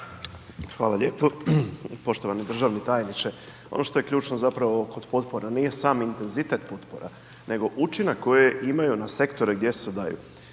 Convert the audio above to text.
Hvala lijepo. Poštovani državni tajniče, ono što je ključno zapravo kod potpora nije sam intenzitet potpora, nego učinak koje imaju na sektore gdje se daju.